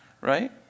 right